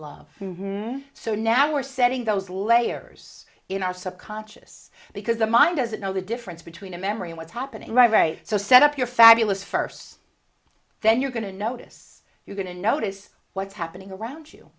love so now we're setting those layers in our subconscious because the mind doesn't know the difference between a memory of what's happening right so set up your fabulous first then you're going to notice you're going to notice what's happening around you